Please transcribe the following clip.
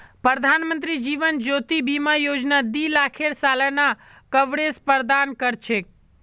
प्रधानमंत्री जीवन ज्योति बीमा योजना दी लाखेर सालाना कवरेज प्रदान कर छे